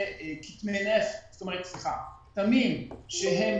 אלה כתמים שהם